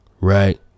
right